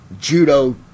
judo